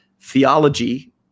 theology